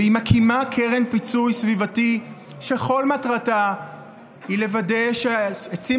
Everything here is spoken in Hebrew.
והיא מקימה קרן פיצוי סביבתי שכל מטרתה היא לוודא שהעצים